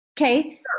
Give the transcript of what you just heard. okay